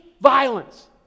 violence